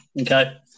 okay